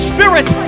Spirit